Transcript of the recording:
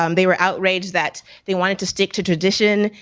um they were outraged that they wanted to stick to tradition.